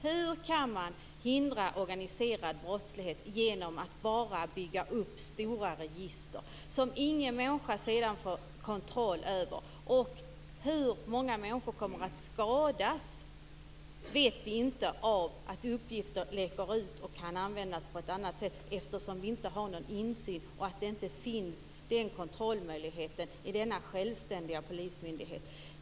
Hur kan man hindra organiserad brottslighet genom att bara bygga upp stora register som sedan ingen människa sedan har kontroll över? Hur många människor kommer att skadas av att uppgifter läcker ut och kan användas på ett annat sätt vet vi inte, eftersom vi inte har någon insyn. Den kontrollmöjligheten finns inte vad gäller denna självständiga polismyndighet.